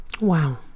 wow